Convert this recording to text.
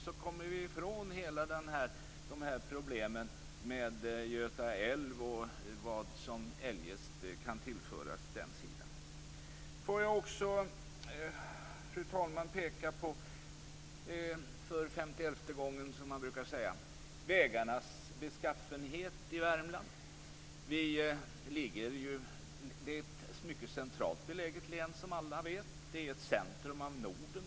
Då kommer vi ifrån alla problem med Göta älv och vad som eljest kan tillföras den sidan. Fru talman! Jag vill också för femtioelfte gången peka på vägarnas beskaffenhet i Värmland. Som alla vet är Värmland ett mycket centralt beläget län. Det ligger i centrum av Norden.